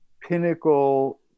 pinnacle